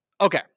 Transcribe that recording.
okay